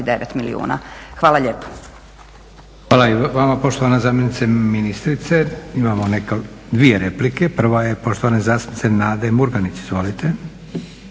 29 milijuna. Hvala lijepo. **Leko, Josip (SDP)** Hvala i vama poštovana zamjenice ministrice. Imamo dvije replike, prva je poštovane zastupnice Nade Murganić. Izvolite.